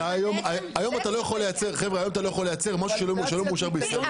היום אתה לא יכול לייצר משהו שלא מאושר בישראל.